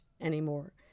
anymore